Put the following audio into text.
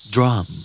Drum